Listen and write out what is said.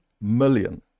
million